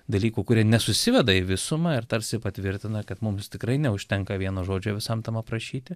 dalykų kurie nesusiveda į visumą ir tarsi patvirtina kad mums tikrai neužtenka vieno žodžio visam tam aprašyti